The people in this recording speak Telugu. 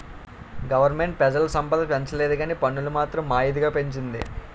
గవరమెంటు పెజల సంపద పెంచలేదుకానీ పన్నులు మాత్రం మా ఇదిగా పెంచింది